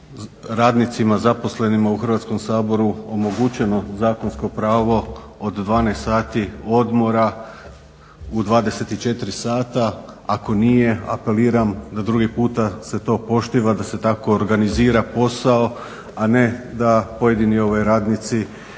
radnicima zaposlenima u Hrvatskom saboru omogućeno zakonsko pravo od 12 sati odmora u 24 sati apeliram da drugi puta se to poštiva, da se tako organizira posao a ne da pojedini ovi radnici